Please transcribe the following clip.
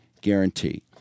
guarantee